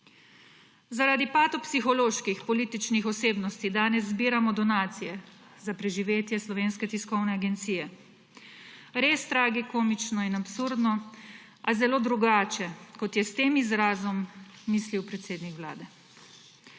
Zaradi patopsiholoških političnih osebnosti danes zbiramo donacije za preživetje Slovenske tiskovne agencije. Res tragikomično in absurdno, a zelo drugače kot je s tem izrazom mislil predsednik vlade.